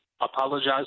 apologize